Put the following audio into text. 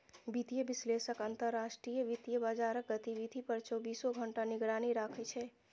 वित्तीय विश्लेषक अंतरराष्ट्रीय वित्तीय बाजारक गतिविधि पर चौबीसों घंटा निगरानी राखै छै